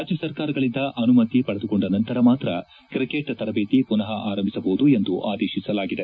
ರಾಜ್ಯ ಸರ್ಕಾರಗಳಿಂದ ಅನುಮತಿ ಪಡೆದುಕೊಂಡ ನಂತರ ಮಾತ್ರ ಕ್ರಿಕೆಟ್ ತರಬೇತಿ ಪುನಃ ಆರಂಭಿಸಬಹುದು ಎಂದು ಆದೇಶಿಸಲಾಗಿದೆ